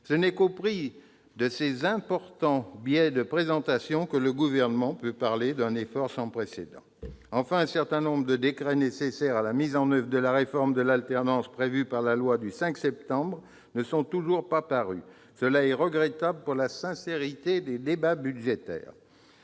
Ce n'est qu'au prix de ces importants biais de présentation que le Gouvernement peut parler d'un effort sans précédent. Enfin, un certain nombre de décrets nécessaires à la mise en oeuvre de la réforme de l'alternance prévue par la loi du 5 septembre 2018 ne sont toujours pas parus. Cela est regrettable pour la sincérité des débats budgétaires,